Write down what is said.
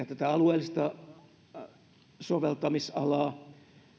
tätä alueellista soveltamisalaa